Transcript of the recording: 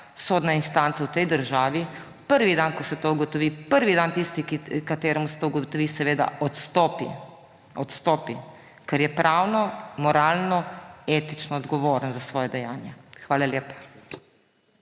sodna instanca v tej državi, prvi dan, ko se to ugotovi, prvi dan tisti, kateremu se to ugotovi, ta seveda odstopi, ker je pravno, moralno, etično odgovoren za svoja dejanja. Hvala lepa.